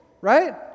Right